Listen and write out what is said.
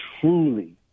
truly